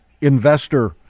investor